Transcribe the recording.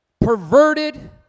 perverted